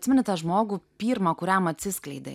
atsimeni tą žmogų pirmą kuriam atsiskleidei